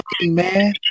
man